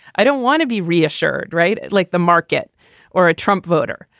i don't want to be reassured. right. like the market or a trump voter.